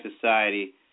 Society